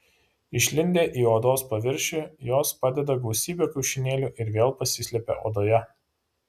išlindę į odos paviršių jos padeda gausybę kiaušinėlių ir vėl pasislepia odoje